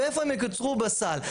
ואיפה הם יקוצרו בסל.